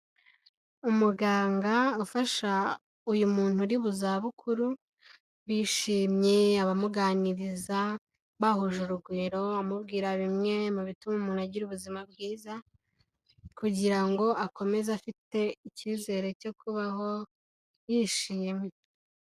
umuganga ufasha uyu muntu uri mu zabukuru bishimye abamuganiriza bahuje urugwiro amubwira bimwe mu bituma umuntu agira ubuzima bwiza kugira ngo akomeze afite icyizere cyo kubaho yishimye